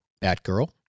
Batgirl